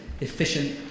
efficient